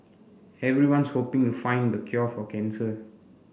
everyone's hoping to find the cure for cancer